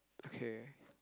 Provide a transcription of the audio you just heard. okay